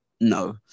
no